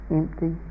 empty